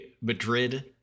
Madrid